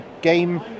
game